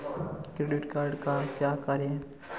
Credit card का क्या कार्य है?